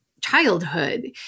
childhood